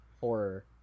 horror